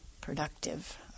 productive